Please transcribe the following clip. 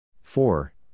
four